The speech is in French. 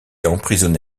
emprisonné